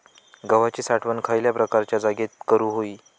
गव्हाची साठवण खयल्या प्रकारच्या जागेत करू होई?